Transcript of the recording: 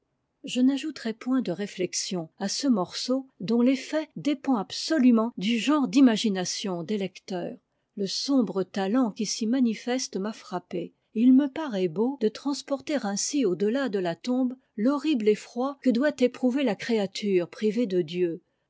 je n'ajouterai point de réflexions à ce morceau dont l'effet dépend absolument du genre d'imagination des lecteurs le sombre talent qui s'y manifeste m'a frappée et il me paraît beau de transporter ainsi au delà de la tombe fhbrribie effroi que doit éprouver la créature privée de dieu